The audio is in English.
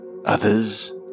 Others